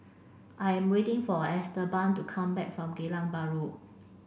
I am waiting for Esteban to come back from Geylang Bahru